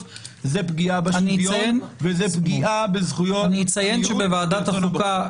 זה פגיעה בשוויון וזה פגיעה בזכויות המיעוט וברצון הבוחר.